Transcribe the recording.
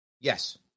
Yes